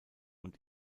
und